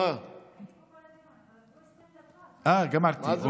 אה, גמרתי.